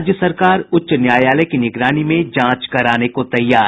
राज्य सरकार उच्च न्यायालय की निगरानी में जांच कराने को तैयार